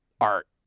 art